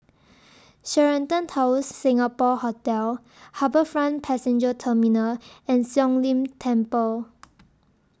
Sheraton Towers Singapore Hotel HarbourFront Passenger Terminal and Siong Lim Temple